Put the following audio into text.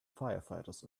firefighters